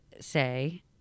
say